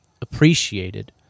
appreciated